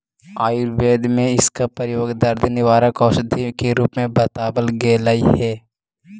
आयुर्वेद में इसका प्रयोग दर्द निवारक औषधि के रूप में बतावाल गेलई हे